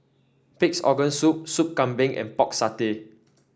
Pig's Organ Soup Sup Kambing and Pork Satay